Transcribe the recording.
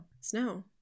snow